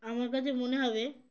আমার কাছে মনে হবে